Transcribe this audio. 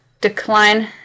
decline